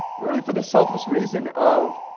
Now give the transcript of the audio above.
really for the selfish reason of.